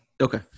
Okay